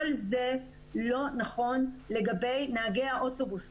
כל זה לא נכון לגבי נהגי האוטובוס.